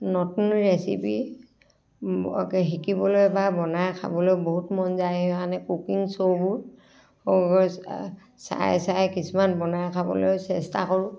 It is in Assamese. নতুন ৰেচিপি শিকিবলৈ বা বনাই খাবলৈ বহুত মন যায় কাৰণে কুকিং শ্ব'বোৰ চাই চাই কিছুমান বনাই খাবলৈ চেষ্টা কৰোঁ